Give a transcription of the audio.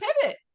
pivot